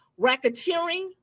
racketeering